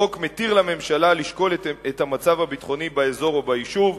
החוק מתיר לממשלה לשקול את המצב הביטחוני באזור או ביישוב.